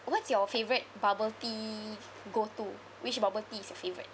what's your favourite bubble tea go-to which bubble tea is your favourite